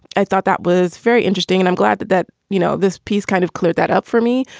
i thought that was very interesting. and i'm glad that that, you know, this piece kind of cleared that up for me.